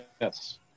Yes